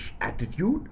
attitude